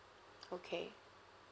okay